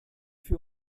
für